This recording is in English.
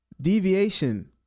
deviation